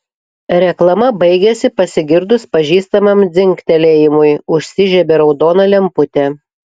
reklama baigėsi pasigirdus pažįstamam dzingtelėjimui užsižiebė raudona lemputė